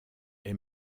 est